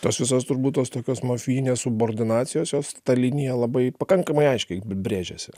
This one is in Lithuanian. tos visos turbūt tos tokios mafijinės subordinacijos jos tą liniją labai pakankamai aiškiai brėžiasi